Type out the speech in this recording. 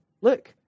look